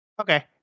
okay